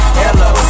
hello